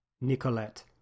Nicolette